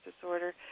disorder